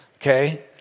okay